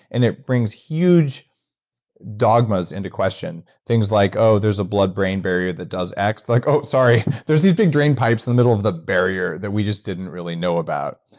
and it brings huge dogmas into question. things like, oh, there's a blood-brain barrier that does, acts like, oh, sorry, there's these big drainpipes in the middle of the barrier that we just didn't really know about.